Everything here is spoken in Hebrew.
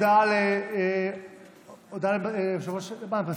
שכל השנים, תודה רבה לחבר הכנסת רון כץ.